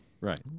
Right